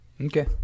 Okay